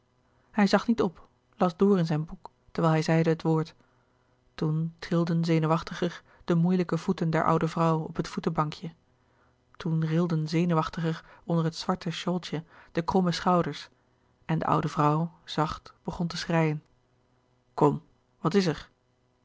hij zag niet op las door in zijn boek terwijl hij zeide het woord toen trilden zenuwachtiger de moeilijke voeten der oude vrouw op het voetenbankje toen rilden zenuwachtiger onder het zwarte shawltje de kromme schouders en de oude vrouw zacht begon te schreien kom wat is er